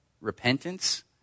repentance